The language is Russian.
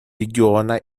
региона